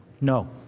No